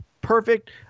perfect